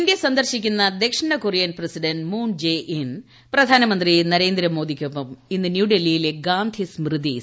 India സന്ദർശിക്കുന്ന ദക്ഷിണകൊറിയൻ president Moon Jae In പ്രധാനമന്ത്രി നരേന്ദ്രമോദിക്കൊപ്പം ഇന്ന് ന്യൂഡൽഹിയിലെ ഗാന്ധിസ്മൃതി സന്ദർശിക്കും